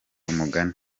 umugani